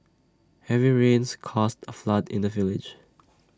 heavy rains caused A flood in the village